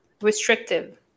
restrictive